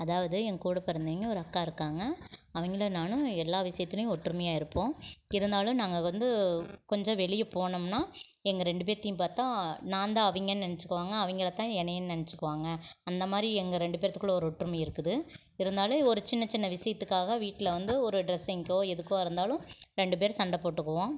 அதாவது என் கூட பிறந்தவங்க ஒரு அக்கா இருக்காங்க அவங்களும் நானும் எல்லா விஷயத்துலியும் ஒற்றுமையாக இருப்போம் இருந்தாலும் நாங்கள் வந்து கொஞ்சம் வெளியே போனோம்னால் எங்கள் ரெண்டு பேத்தையும் பார்த்தா நான் தான் அவங்கன்னு நினச்சிக்குவாங்க அவங்கள தான் என்னயன்னு நினச்சிக்குவாங்க அந்தமாதிரி எங்கள் ரெண்டு பேத்துக்குள்ள ஒரு ஒற்றுமை இருக்குது இருந்தாலும் ஒரு சின்ன சின்ன விஷயத்துக்காக வீட்டில் வந்து ஒரு ட்ரெஸ்ஸிங்குகோ எதுக்காக இருந்தாலும் ரெண்டு பேரும் சண்டை போட்டுக்குவோம்